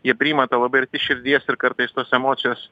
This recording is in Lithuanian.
jie priima tą labai arti širdies ir kartais tos emocijos